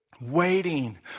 waiting